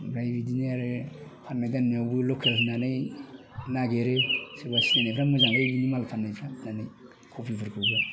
ओमफ्राय बिदिनो आरो फाननाय दाननायावबो लकेल होननानै नागिरो सोरबा सिनायनायफ्रा मोजांलै बिनि माल फाननायफ्रा होननानै खबिफोरखौबो